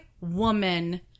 woman